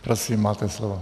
Prosím, máte slovo.